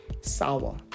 sour